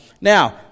Now